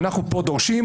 ואנחנו פה דורשים,